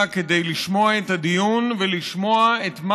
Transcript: טוב שהיה דיון בוועדת החוקה,